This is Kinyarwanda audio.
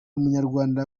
munyarwanda